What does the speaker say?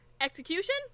Execution